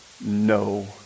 no